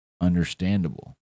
understandable